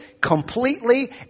completely